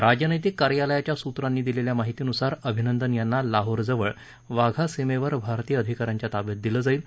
राजनैतिक कार्यालयाच्या सुत्रांनी दिलेल्या माहितीनुसार अभिनंदन यांना लाहोर जवळ वाघा सीमेवर भारतीय अधिकाऱ्यांच्या ताब्यात दिलं जाईल